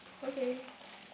okay